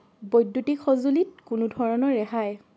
বৈদ্যুতিক সঁজুলিত কোনো ধৰণৰ ৰেহাই